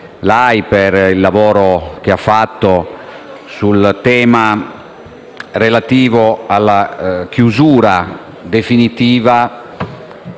Grazie